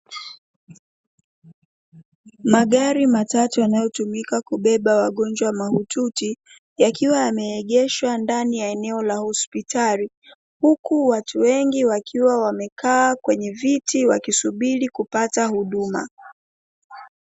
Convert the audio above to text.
Magari matatu yanayotumika kubeba wagonjwa mahututi yakiwa yameegeshwa ndani ya eneo la hospitali, huku watu wengi wakiwa wamekaa kwenye viti wakisubiri kupata huduma.